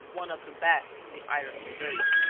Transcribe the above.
one of the best in the iron brigade.